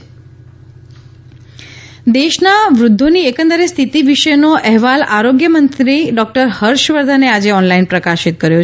doctor Harshvardhan દેશના વૃધ્ધોની એકંદરે સ્થિતી વિશેનો અહેવાલ આરોગ્ય મંત્રી ડોકટર હર્ષવર્ધને આજે ઓનલાઇન પ્રકાશિત કર્યો